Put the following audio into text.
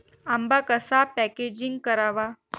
आंबा कसा पॅकेजिंग करावा?